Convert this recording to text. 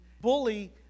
bully